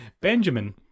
Benjamin